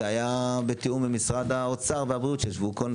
זה היה בתיאום עם משרד האוצר והבריאות שישבו כאן,